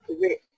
rich